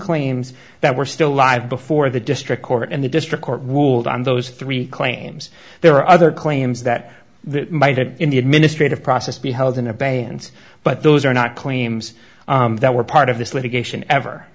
claims that were still live before the district court and the district court ruled on those three claims there are other claims that they might have in the administrative process be held in abeyance but those are not claims that were part of this litigation ever